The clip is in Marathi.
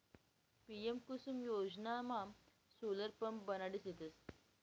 पी.एम कुसुम योजनामा सोलर पंप बसाडी देतस